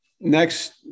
next